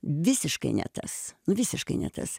visiškai ne tas visiškai ne tas